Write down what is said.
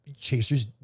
chasers